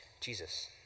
Jesus